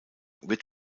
wird